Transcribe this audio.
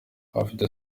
abafite